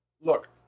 Look